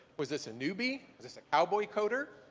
was this a newbie? was this a cowboy coder?